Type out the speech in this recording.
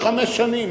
לחמש שנים,